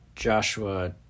Joshua